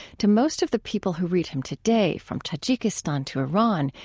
to most of the people who read him today from tajikistan to iran,